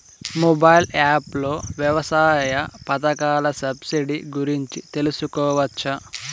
Mobile app లో వ్యవసాయ పథకాల సబ్సిడి గురించి తెలుసుకోవచ్చా?